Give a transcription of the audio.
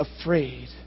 afraid